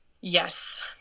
Yes